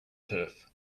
turf